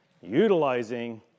utilizing